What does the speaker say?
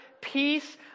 peace